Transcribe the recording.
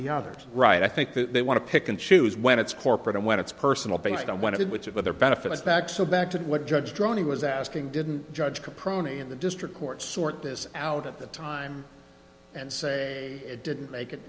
the others right i think that they want to pick and choose when it's corporate and when it's personal based on one of them which have other benefits back so back to what judge droney was asking didn't judge pronate in the district courts sort this out at the time and say it didn't make it